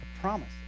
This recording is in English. promise